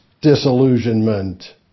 disillusionment